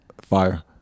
Fire